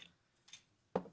שבאתם.